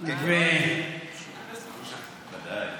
ודאי.